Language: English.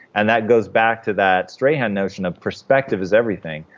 and that goes back to that strahan notion of perspective is everything.